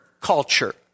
culture